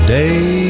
day